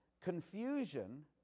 confusion